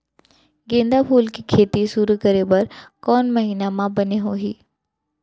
गेंदा फूल के खेती शुरू करे बर कौन महीना मा बने होही?